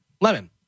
Lemon